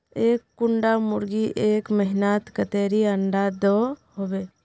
एक कुंडा मुर्गी एक महीनात कतेरी अंडा दो होबे?